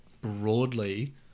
broadly